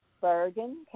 Bergen